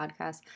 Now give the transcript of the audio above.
podcast